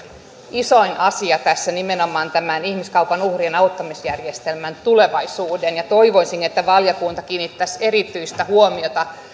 isoin asia nimenomaan tässä ihmiskaupan uhrien auttamisjärjestelmän tulevaisuudessa ja toivoisin että valiokunta kiinnittäisi erityistä huomiota